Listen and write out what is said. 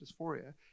dysphoria